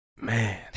man